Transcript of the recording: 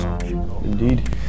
Indeed